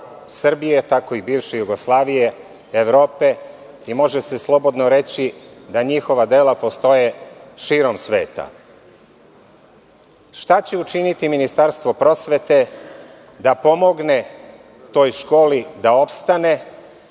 Srbije, tako i bivše Jugoslavije, Evrope i može se slobodno reći da njihova dela postoje širom sveta. Šta će učiniti Ministarstvo prosvete da pomogne toj školi da opstane,